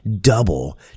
double